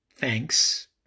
thanks